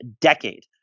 decade